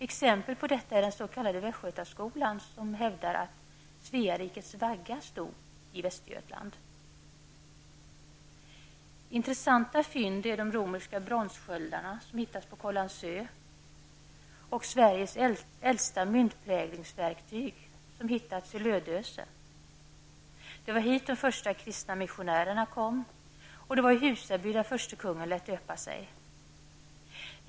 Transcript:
Exempel på detta är den s.k. västgötaskolan, som hävdar att Svea rikes vagga stod i Västergötland. Intressanta fynd är de romerska bronssköldar som hittats på Kållandsö och Sveriges äldsta myntpräglingsverktyg, som hittats i Lödöse. Det var hit de första kristna missionärerna kom, och det var i Husaby den förste kristne kungen lät döpa sig.